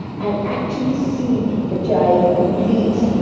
and actually see the child complete